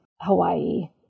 Hawaii